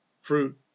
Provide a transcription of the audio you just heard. fruit